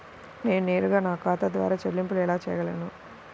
నేను నేరుగా నా ఖాతా ద్వారా చెల్లింపులు ఎలా చేయగలను?